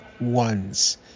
ones